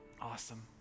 Awesome